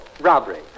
robbery